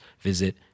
visit